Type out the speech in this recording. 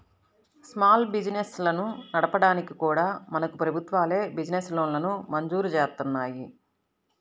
small బిజినెస్లను నడపడానికి కూడా మనకు ప్రభుత్వాలే బిజినెస్ లోన్లను మంజూరు జేత్తన్నాయి